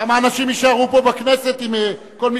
כמה אנשים יישארו פה בכנסת אם כל מי